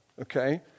okay